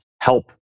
help